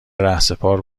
رهسپار